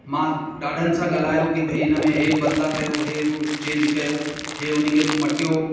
मां ॾाढनि सां ॻाल्हायो की भई हिन में इहे बदिला कयो इहे चेंज कयो इहे हुन खे मटियो